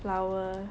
flower